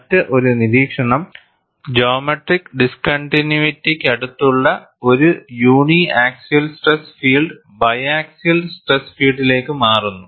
മറ്റ് ഒരു നിരീക്ഷണം ജിയോമെട്രിക് ഡിസ്കൺണ്ടിന്യുവിറ്റിക്കടുത്തുള്ള ഒരു uniaxial stress field biaxial stress ഫീൽഡിലേക്ക് മാറുന്നു